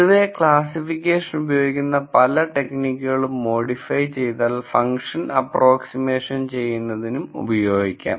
പൊതുവെ ക്ലാസ്സിഫിക്കേഷന് ഉപയോഗിക്കുന്ന പല ടെക്നിക്കുകളും മോഡിഫൈ ചെയ്താൽ ഫങ്ക്ഷൻ അപ്പ്രോക്സിമഷൻ ചെയ്യുന്നതിന് ഉപയോഗിക്കാം